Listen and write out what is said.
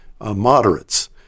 moderates